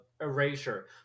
erasure